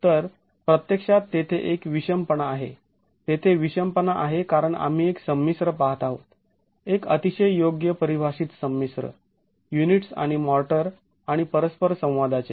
तर प्रत्यक्षात तेथे एक विषमपणा आहे तेथे विषमपणा आहे कारण आम्ही एक संमिश्र पाहत आहोत एक अतिशय योग्य परिभाषित संमिश्र युनिट्स आणि मॉर्टर आणि परस्पर संवादाचे